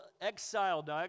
exiled